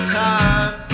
time